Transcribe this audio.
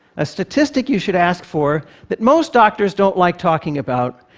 a statistic you should ask for that most doctors don't like talking about,